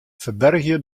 ferbergje